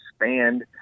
expand